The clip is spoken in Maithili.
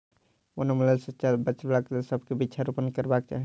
वनोन्मूलनक सॅ बचाबक लेल सभ के वृक्षारोपण करबाक चाही